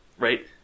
Right